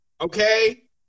okay